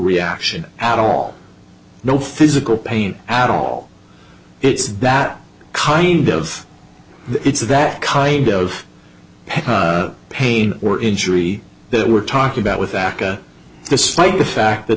reaction at all no physical pain at all it's that kind of it's that kind of pain or injury that we're talking about with aca despite the fact that